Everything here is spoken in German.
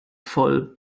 voll